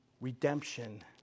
redemption